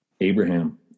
Abraham